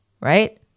right